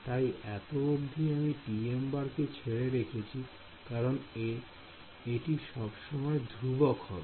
তাই এত অবধি আমি কে ছেড়ে রেখেছি কারণ এটি সবসময় ধ্রুবক হবে